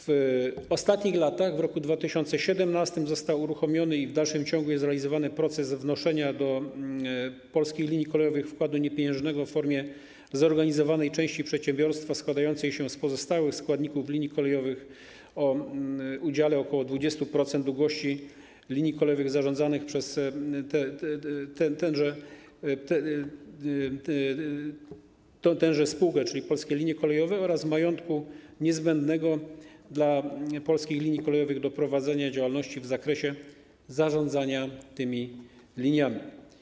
W ostatnich latach, w roku 2017, został uruchomiony i w dalszym ciągu jest realizowany proces wnoszenia do Polskich Linii Kolejowych wkładu niepieniężnego w formie zorganizowanej części przedsiębiorstwa składającej się z pozostałych składników linii kolejowych o udziale ok. 20% długości linii kolejowych zarządzanych przez tę spółkę, czyli Polskie Linie Kolejowe, oraz majątku niezbędnego dla Polskich Linii Kolejowych do prowadzenia działalności w zakresie zarządzania tymi liniami.